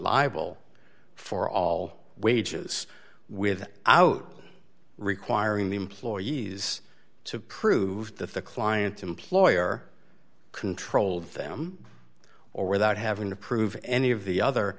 liable for all wages with out requiring the employees to prove that the client's employer controlled them or without having to prove any of the other